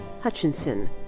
Hutchinson